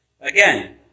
Again